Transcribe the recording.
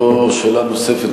לא שאלה נוספת.